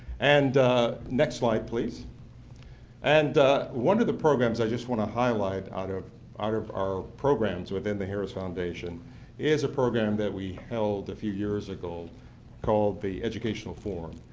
and next slide please and one of the programs i just want to highlight out of out of our programs within the harris foundation is a program that we held a few years ago called the educational forum.